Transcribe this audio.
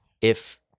if-